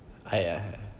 I ah